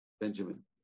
benjamin